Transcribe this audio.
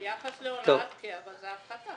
ביחס להוראת קבע, זאת הפחתה.